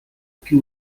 più